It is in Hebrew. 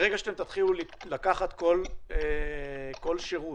ברגע שתתחילו לקחת כל שירות